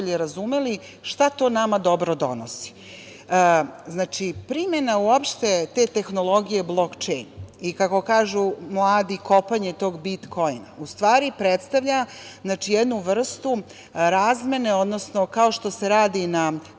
šta to nama dobro donosi. Znači, primena uopšte te tehnologije „blok čejn“ i kako kažu mladi „kopanje tog bitkoina“ u stvari predstavlja jednu vrstu razmene, odnosno kao što se radi na